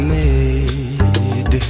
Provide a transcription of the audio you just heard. made